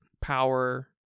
power